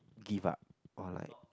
give up or like